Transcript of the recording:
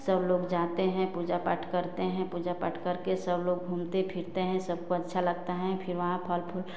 सब लोग जाते हैं पूजा पाठ करते हैं पूजा पाठ करके सबलोग घूमते फिरते हैं सबको अच्छा लगता है फिर वहाँ फल फूल